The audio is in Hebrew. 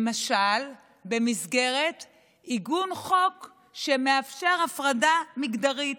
למשל במסגרת עיגון חוק שמאפשר הפרדה מגדרית,